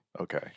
Okay